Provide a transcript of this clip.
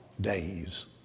days